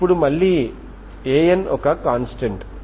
ఇప్పుడు మళ్లీ An ఒక కాంస్టెంట్